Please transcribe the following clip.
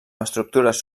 estructures